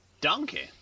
Donkey